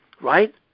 right